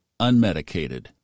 unmedicated